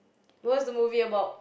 what's the movie about